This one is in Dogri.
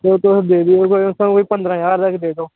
जो तुस देगे ओ ही कोई पंदरा ज्हार तक दे दो